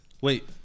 wait